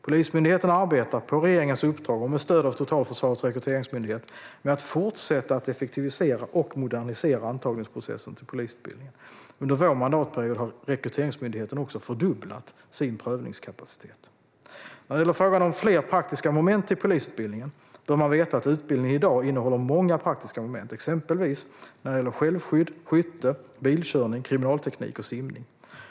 Polismyndigheten arbetar, på regeringens uppdrag och med stöd av Totalförsvarets rekryteringsmyndighet, med att fortsätta att effektivisera och modernisera antagningsprocessen till polisutbildningen. Under vår mandatperiod har Rekryteringsmyndigheten också fördubblat sin prövningskapacitet. När det gäller frågan om fler praktiska moment i polisutbildningen bör man veta att utbildningen i dag innehåller många praktiska moment, exempelvis när det gäller självskydd, skytte, bilkörning, kriminalteknik och simning.